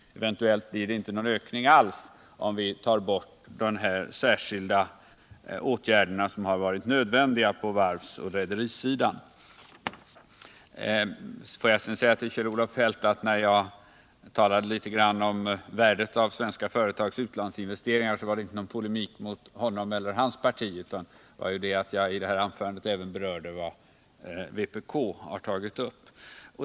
Eventuellt blir det inte någon ökning alls om vi tar bort de särskilda åtgärder som varit nödvändiga på varvs och rederisidan. Får jag sedan säga till Kjell-Olof Feldt att när jag talade litet grand om värdet av svenska företags utlandsinvesteringar, så var det inte någon polemik mot honom celler hans parti. Jag berörde ju i mitt anförande även vad vpk har föreslagit.